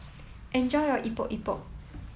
enjoy your Epok Epok